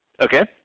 Okay